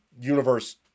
universe